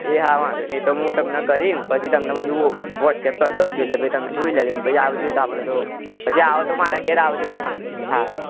એ હા વાંધો નહીં એતો હું તમને કરીને પછી તમને બધું વોટ્સએપ કરી દઉં છે એટલે ભઈ તમે જોઈ લેજો પછી આવજો આપણે તો પછી આવો તો મારા ઘેર આવજો હોને હારુ